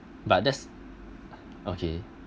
but that's okay